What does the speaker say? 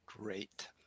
Great